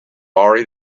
already